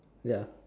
ya